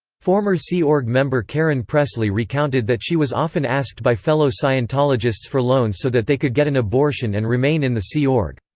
former sea org member karen pressley recounted that she was often asked by fellow scientologists for loans so that they could get an abortion and remain in the sea org.